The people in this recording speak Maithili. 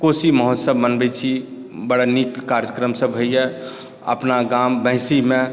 कोशी महोत्सव मनबै छी बड़ा नीक कार्यक्रमसभ होइया अपना गाम महिषीमे